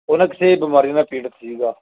ਉਹ ਨਾ ਕਿਸੇ ਬਿਮਾਰੀ ਨਾਲ ਪੀੜਿਤ ਸੀਗਾ